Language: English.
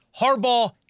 Harbaugh